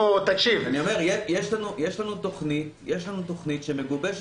אני אומר שיש לנו תכנית שמגובשת.